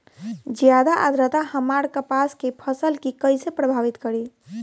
ज्यादा आद्रता हमार कपास के फसल कि कइसे प्रभावित करी?